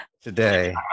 today